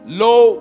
low